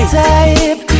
type